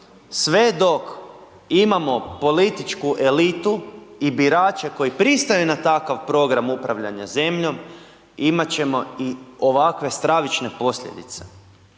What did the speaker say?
sve dok imamo političku elitu i birače koji pristaju na takav program upravljanja zemljom, imat ćemo i ovakve stravične posljedice.